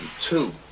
two